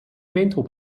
metal